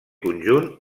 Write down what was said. conjunt